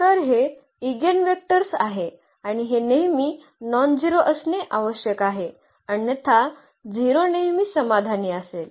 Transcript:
तर हे ईगेनवेक्टर्स आहे आणि हे नेहमी नॉनझेरो असणे आवश्यक आहे अन्यथा 0 नेहमी समाधानी असेल